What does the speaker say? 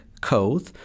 code